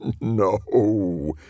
No